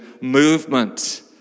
movement